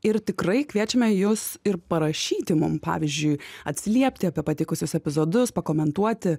ir tikrai kviečiame jus ir parašyti mum pavyzdžiui atsiliepti apie patikusius epizodus pakomentuoti